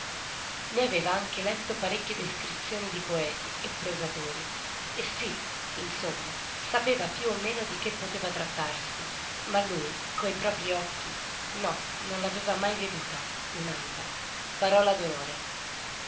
ne aveva anche letto parecchie descrizioni di poeti e prosatori e sí insomma sapeva piú o meno di che poteva trattarsi ma lui coi propri occhi no non l'aveva mai veduta un'alba parola